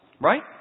Right